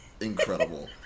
incredible